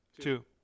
Two